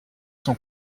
sont